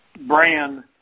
brand